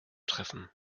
treffen